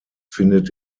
findet